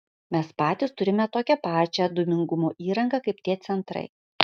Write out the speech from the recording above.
mes patys turime tokią pačią dūmingumo įrangą kaip tie centrai